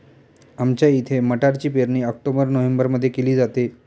आमच्या इथे मटारची पेरणी ऑक्टोबर नोव्हेंबरमध्ये केली जाते